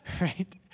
right